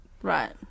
Right